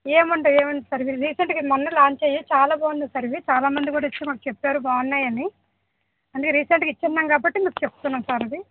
ఏం ఉండవు ఏం ఉండవు సార్ ఇవి రీసెంట్గా మొన్న ఏ లాంచ్ అయ్యాయి చాలా బాగున్నాయి సర్ ఇవి చాలా మంది కూడా వచ్చి మాకు చెప్పారు బాగున్నాయి అని అంటే రీసెంట్గా ఇచ్చి ఉన్నాం కాబట్టి మీకు చెప్తున్నాం సార్ ఇవి